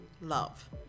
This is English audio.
love